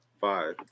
five